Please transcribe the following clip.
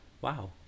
wow